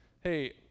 Hey